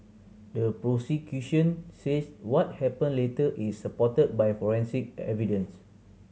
the prosecution says what happened later is supported by forensic evidence